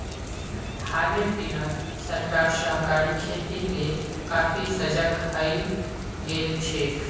हालेर दिनत सरकार सहकारी खेतीक ले काफी सजग हइ गेल छेक